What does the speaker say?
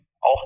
auch